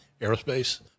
Aerospace